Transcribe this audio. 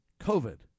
COVID